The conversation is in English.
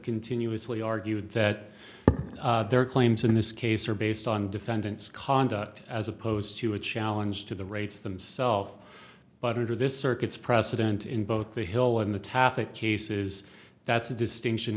continuously argued that their claims in this case are based on defendant's conduct as opposed to a challenge to the rates themself but under this circuit's precedent in both the hill and the taff it cases that's a distinction